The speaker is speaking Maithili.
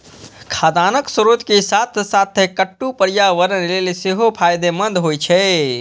खाद्यान्नक स्रोत के साथ साथ कट्टू पर्यावरण लेल सेहो फायदेमंद होइ छै